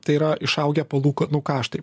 tai yra išaugę palūkanų kaštai